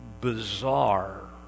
bizarre